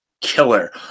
killer